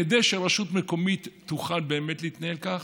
כדי שרשות מקומית תוכל באמת להתנהל כך,